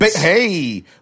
Hey